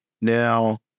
Now